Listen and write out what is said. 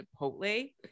Chipotle